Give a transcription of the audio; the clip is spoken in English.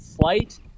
flight